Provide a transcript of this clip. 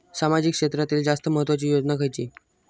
सामाजिक क्षेत्रांतील जास्त महत्त्वाची योजना खयची?